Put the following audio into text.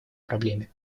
проблеме